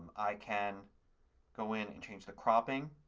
i can go in and change the cropping.